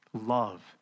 Love